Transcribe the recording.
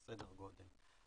סדר גודל.